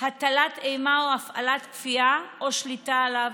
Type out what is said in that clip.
הטלת אימה או הפעלת כפייה או שליטה עליו,